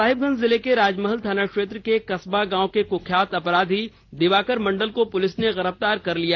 साहिबगंज जिले के राजमहल थाना क्षेत्र के कस्बा गांव के क्ख्यात अपराधी दिवाकर मंडल को पुलिस ने गिरफ्तार कर लिया